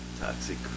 Toxic